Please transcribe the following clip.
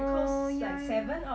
oh ya ya